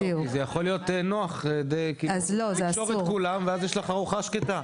יכול להיות נוח לקשור את כולם ואז יש ארוחה שקטה.